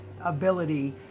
ability